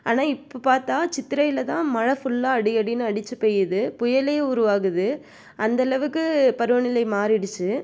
ஆனால் இப்போ பார்த்தா சித்திரையில தான் மழை ஃபுல்லாக அடி அடின்னு அடிச்சு பெய்யுது புயலே உருவாகுது அந்தளவுக்கு பருவநிலை மாறிடிச்சு